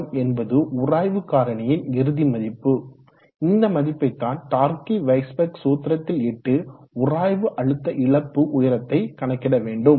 gxk1 என்பது உராய்வு காரணியின் இறுதி மதிப்பு இந்த மதிப்பை தான் டார்கிவைஸ்பெக் சூத்திரத்தில் இட்டு உராய்வு அழுத்த இழப்பு உயரத்தை கணக்கிட வேண்டும்